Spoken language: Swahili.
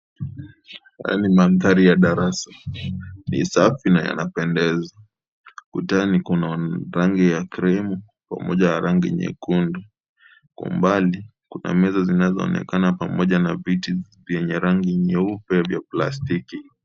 Haya ni mandhari ya darasa Tisa na yanapendeza . Ukutani uko na rangi ya (CS)cream(CS)pamoja na rangi nyekundu ,Kwa umbali kuna meza zinazoonekana pamoja na viti venye rangi nyeupe ya plastiki.